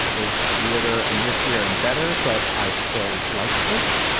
is weirder and riskier and better. but i still liked this.